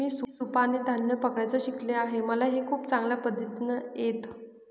मी सुपाने धान्य पकडायचं शिकले आहे मला हे खूप चांगल्या पद्धतीने येत